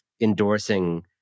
endorsing